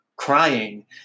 Crying